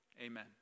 amen